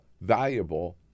valuable